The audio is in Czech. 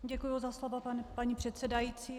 Děkuji za slovo, paní předsedající.